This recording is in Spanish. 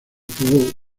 tuvo